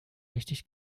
richtig